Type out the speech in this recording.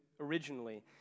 originally